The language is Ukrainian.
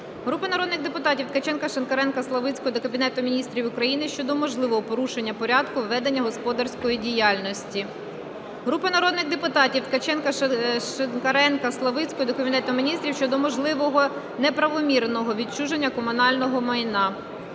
Групи народних депутатів (Ткаченка, Шинкаренка, Славицької) до Кабінету Міністрів України щодо можливого порушення порядку ведення господарської діяльності. Групи народних депутатів (Ткаченка, Шинкаренка, Славицької) до Кабінету Міністрів України щодо можливого неправомірного відчуження комунального майна.